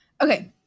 Okay